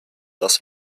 das